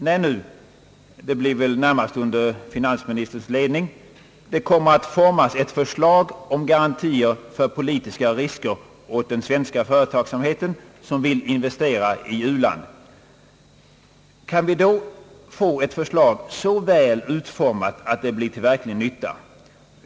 När nu — det blir väl närmast under finansministerns ledning — det kommer att formas ett förslag om garantier för politiska risker åt den svenska företagsamheten som vill investera i u-land, kan vi då få ett förslag så väl utformat att det blir till verklig nytta?